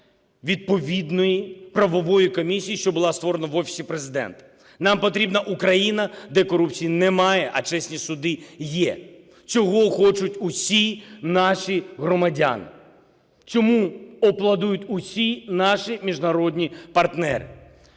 відповідної правової комісії, що була створена в Офісі Президента. Нам потрібна Україна, де корупції немає, а чесні суди є. Цього хочуть усі наші громадяни, цьому аплодують усі наші міжнародні партнери.